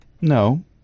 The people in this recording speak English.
No